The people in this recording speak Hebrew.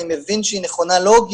אני מבין שהיא נכונה לוגית,